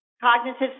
cognitive